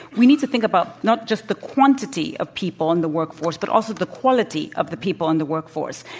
we need to think about not just the quantity of people in the work force, but also the quality of the people in the work force.